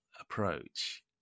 approach